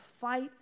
fight